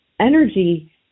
energy